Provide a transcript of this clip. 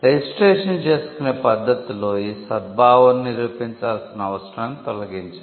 registration చేసుకునే పద్ధతిలో ఈ సద్భావనను నిరూపించాల్సిన అవసరాన్ని తొలగించారు